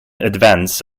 advance